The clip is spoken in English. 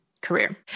career